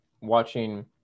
watching